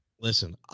Listen